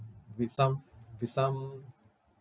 with some with some